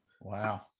Wow